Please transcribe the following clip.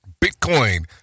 Bitcoin